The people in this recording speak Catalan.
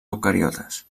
eucariotes